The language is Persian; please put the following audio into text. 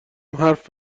حرف